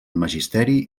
magisteri